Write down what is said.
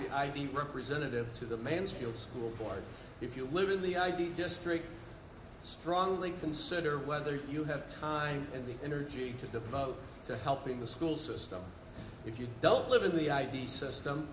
a i v representative to the mansfield school board if you live in the ivy district strongly consider whether you have time and energy to devote to helping the school system if you don't live in the id system